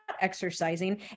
exercising